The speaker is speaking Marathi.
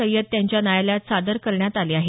सय्यद यांच्या न्यायालयात सादर करण्यात आले आहेत